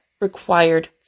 required